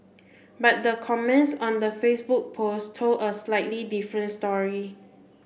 but the comments on the Facebook post told a slightly different story